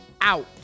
out